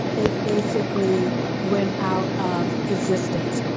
they basically went out of existence